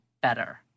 better